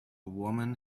woman